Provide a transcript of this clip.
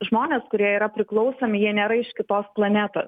žmonės kurie yra priklausomi jie nėra iš kitos planetos